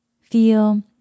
feel